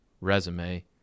resume